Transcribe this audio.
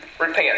repent